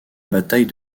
bataille